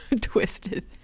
twisted